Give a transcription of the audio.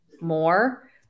more